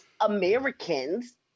Americans